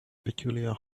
peculiar